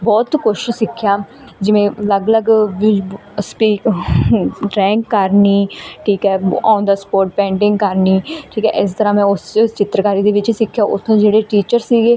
ਬਹੁਤ ਕੁਛ ਸਿੱਖਿਆ ਜਿਵੇਂ ਅਲੱਗ ਅਲੱਗ ਵੀ ਸਪੀਕ ਡਰਾਇੰਗ ਕਰਨੀ ਠੀਕ ਹੈ ਓਨ ਦਾ ਸਪੋਟ ਪੇਂਟਿੰਗ ਕਰਨੀ ਠੀਕ ਹੈ ਇਸ ਤਰ੍ਹਾਂ ਦਾ ਉਸ ਚਿੱਤਰਕਾਰੀ ਦੇ ਵਿੱਚ ਸਿੱਖਿਆ ਉੱਥੋਂ ਜਿਹੜੇ ਟੀਚਰ ਸੀਗੇ